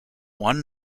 one